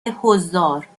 حضار